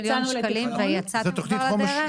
מי שנפגש עם נמרוד ועם דורון ועם כל הצוות